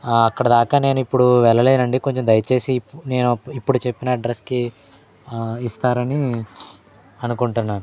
అక్కడిదాకా నేను ఇప్పుడు వెళ్ళలేనండి కొంచం దయచేసి నేను ఇప్పుడు చెప్పిన అడ్రస్కి ఇస్తారని అనుకుంటున్నాను